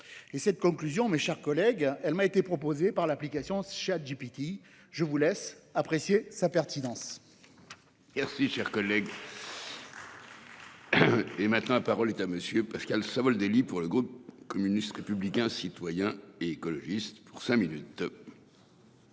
» Cette conclusion, mes chers collègues, m'a été proposée par l'application ChatGPT ... Je vous laisse apprécier sa pertinence